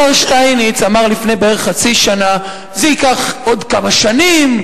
השר שטייניץ אמר לפני כחצי שנה שזה ייקח עוד כמה שנים,